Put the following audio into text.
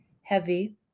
heavy